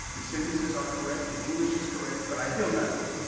these sentences are correct. the english is correct, but i feel nothing!